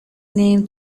name